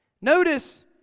Notice